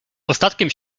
ostatkiem